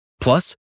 Plus